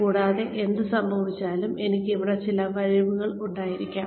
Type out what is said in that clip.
കൂടാതെ എന്ത് സംഭവിച്ചാലും എനിക്ക് ഇവിടെ ചില കഴിവുകൾ ഉണ്ടായിരിക്കാം